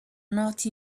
not